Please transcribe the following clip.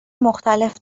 مختلف